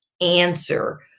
answer